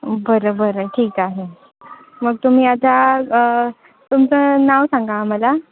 बरं बरं ठीक आहे मग तुम्ही आता तुमचं नाव सांगा आम्हाला